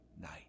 night